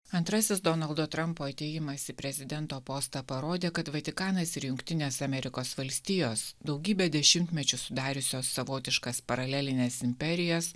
antrasis donaldo trampo atėjimas į prezidento postą parodė kad vatikanas ir jungtinės amerikos valstijos daugybę dešimtmečių sudariusios savotiškas paralelines imperijas